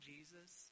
Jesus